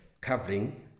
covering